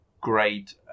great